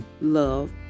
love